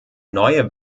neue